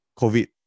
COVID